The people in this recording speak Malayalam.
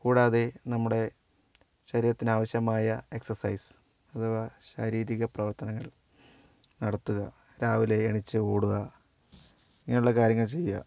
കൂടാതെ നമ്മുടെ ശരീരത്തിനാവശ്യമായ എക്സർസൈസ് അഥവാ ശാരീരിക പ്രവർത്തനങ്ങൾ നടത്തുക രാവിലെ എണീച്ച് ഓടുക ഇങ്ങനത്തന്നെയുള്ള കാര്യങ്ങൾ ചെയ്യുക